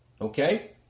Okay